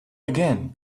again